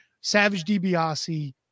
Savage-DiBiase